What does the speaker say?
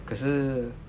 可是